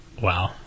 Wow